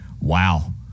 wow